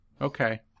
Okay